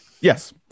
Yes